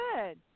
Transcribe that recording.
good